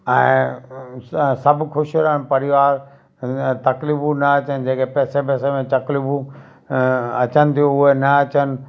ऐं स सभु ख़ुशि रहनि परिवार तकलीफ़ू न अचनि जेके पैसे बैसे में तकलीफ़ू अचनि थियूं उहे न अचनि